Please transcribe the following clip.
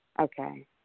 Okay